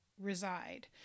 reside